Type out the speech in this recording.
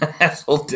asshole